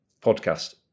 podcast